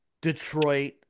Detroit